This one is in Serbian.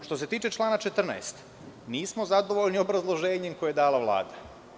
Što se tiče člana 14. nismo zadovoljni obrazloženjem koje je dala Vlada.